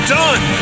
done